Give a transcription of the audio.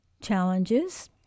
challenges